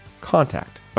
contact